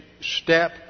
step